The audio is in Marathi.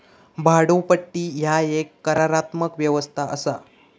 भाड्योपट्टी ह्या एक करारात्मक व्यवस्था असा